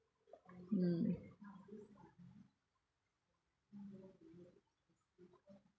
mm